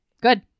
good